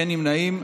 אין נמנעים.